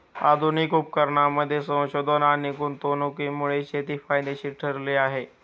आधुनिक उपकरणांमध्ये संशोधन आणि गुंतवणुकीमुळे शेती फायदेशीर ठरली आहे